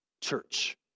church